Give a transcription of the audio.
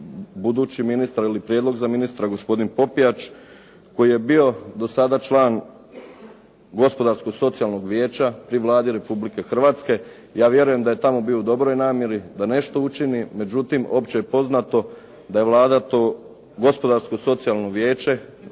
budući ministar ili prijedlog za ministra gospodin Popijač, koji je bio do sada član Gospodarsko-socijalnog vijeća pri Vladi Republike Hrvatske. Ja vjerujem da je tamo bio u dobroj namjeri da nešto učini, međutim opće je poznato da je Vlada to Gospodarsko-socijalno vijeće,